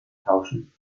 tauschen